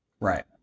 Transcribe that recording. Right